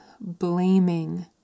blaming